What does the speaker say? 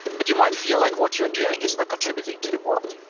but you might feel like what you're doing is not contributing to the world.